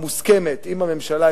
המסוכמת עם הממשלה,